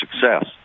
success